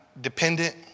dependent